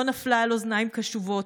לא נפלה על אוזניים קשובות,